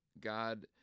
God